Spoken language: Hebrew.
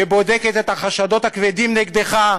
שבודקת את החשדות הכבדים נגדך,